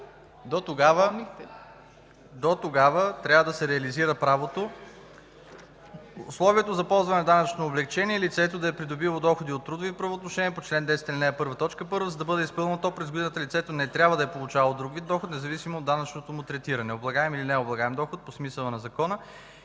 Дотогава трябва да се реализира първото условие за ползване на данъчното облекчение – лицето да е придобило доходи от трудови правоотношения по чл. 10, ал. 1, т. 1. За да бъде изпълнено то, през годината лицето не трябва да е получавало друг вид доход, независимо от данъчното му третиране – облагаем или необлагаем доход по смисъла на Закона